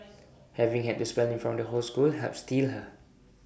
having had to spell in front of the whole school helped steel her